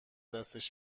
دست